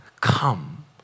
Come